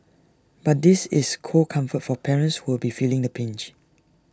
but this is cold comfort for parents who'll be feeling the pinch